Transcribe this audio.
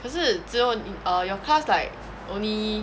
可是只有你 err your class like only